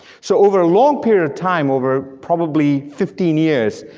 so over a long period of time, over probably fifteen years,